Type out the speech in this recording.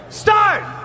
start